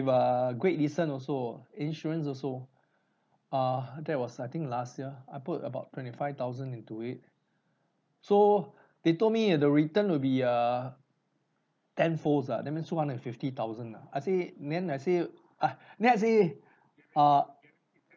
err great eastern also insurance also err that was I think last year I put about twenty five thousand into it so they told me the return will be uh tenfolds ah that means two hundred and fifty thousand ah I said then I say uh then I say uh